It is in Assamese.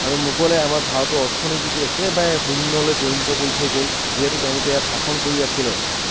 আৰু মোগলে আমাৰ ভাৰতৰ অৰ্থনীতিটো একেবাৰে শূন্যলৈ পৰিণত কৰি থৈ গ'ল যিহেতু তেওঁলোকে ইয়াত শাসন কৰি আছিলে